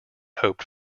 hoped